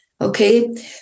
Okay